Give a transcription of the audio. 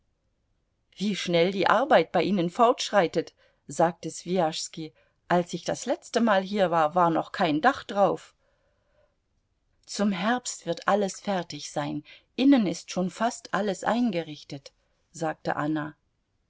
wie schnell die arbeit bei ihnen fortschreitet sagte swijaschski als ich das letztemal hier war war noch kein dach darauf zum herbst wird alles fertig sein innen ist schon fast alles eingerichtet sagte anna